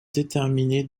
déterminé